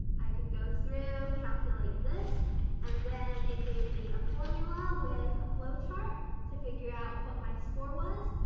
i could go through calculate this and then it gave me a formula with a flow chart to figure out what my score was.